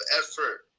effort